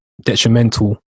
detrimental